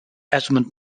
esmond